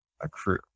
accrue